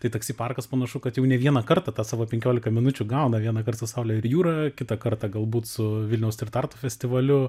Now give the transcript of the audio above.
tai taksi parkas panašu kad jau ne vieną kartą tą savo penkiolika minučių gauna vienąkart su saule ir jūra kitą kartą galbūt su vilniaus ir tartu festivaliu